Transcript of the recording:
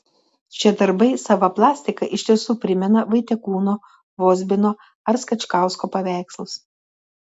šie darbai sava plastika iš tiesų primena vaitekūno vozbino ar skačkausko paveikslus